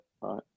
right